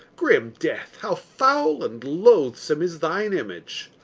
grim death, how foul and loathsome is thine image!